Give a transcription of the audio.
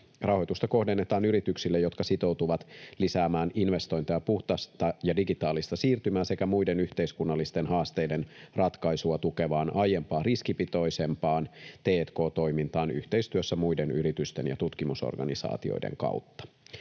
Rahoitusta kohdennetaan yrityksille, jotka sitoutuvat lisäämään investointeja puhdasta ja digitaalista siirtymää sekä muiden yhteiskunnallisten haasteiden ratkaisua tukevaan, aiempaa riskipitoisempaan t&k-toimintaan yhteistyössä muiden yritysten ja tutkimusorganisaatioiden kautta.